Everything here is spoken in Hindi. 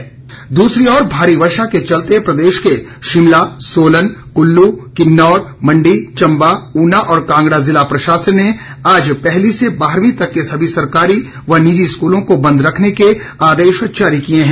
स्कल बंद दूसरी ओर भारी वर्षा के चलते प्रदेश के शिमला सोलन कुल्लू किन्नौर मंडी चम्बा ऊना और कांगड़ा जिला प्रशासन ने आज पहली से बारहवीं तक के सभी सरकारी व निजी स्कूलों को बंद रखने के आदेश जारी किये हैं